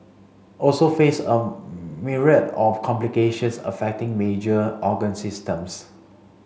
also face a myriad of complications affecting major organ systems